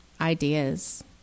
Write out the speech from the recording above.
ideas